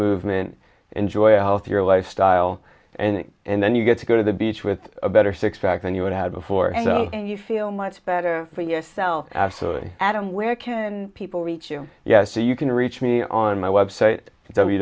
movement enjoy a healthier lifestyle and and then you get to go to the beach with a better six pack than you would had before and you feel much better for yourself absolutely adam where can people reach you yes so you can reach me on my website